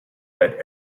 that